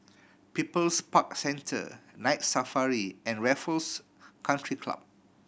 People's Park Centre Night Safari and Raffles Country Club